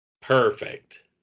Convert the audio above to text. Perfect